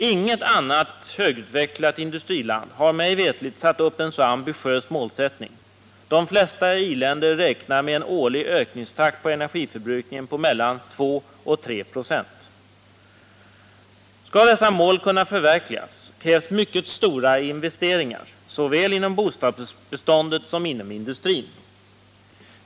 Inget annat högutvecklat industriland har mig veterligt satt upp en så ambitiös målsättning — de flesta i-länder räknar med en årlig ökningstakt när det gäller energiförbrukningen på mellan 2 och 3 96. Skall målen kunna förverkligas krävs mycket stora investeringar, såväl inom bostadsbeståndet som inom industrin.